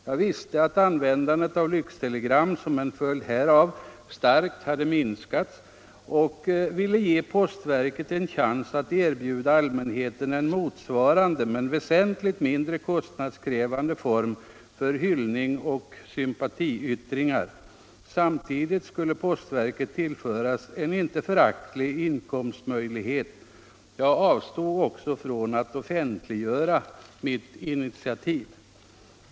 Jag visste att användandet av lyxtelegram som följd härav starkt hade minskat och ville ge postverket en chans att erbjuda allmänheten en motsvarande men väsentligt mindre kostnadskrävande form för hyllningsoch sympatiyttringar. Samtidigt skulle postverket kunna tillföras en inte föraktlig inkomst. Jag avstod också från att offentliggöra mitt initiativ.